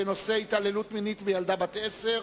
בנושא: התעללות מינית בילדה בת עשר,